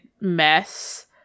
mess